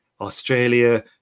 Australia